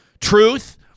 truth